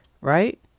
right